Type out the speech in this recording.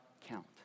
count